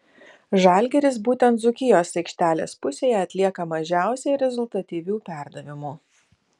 žalgiris būtent dzūkijos aikštelės pusėje atlieka mažiausiai rezultatyvių perdavimų